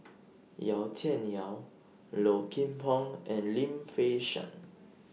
Yau Tian Yau Low Kim Pong and Lim Fei Shen